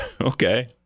Okay